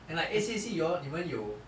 and like A_C_J_C hor 你们有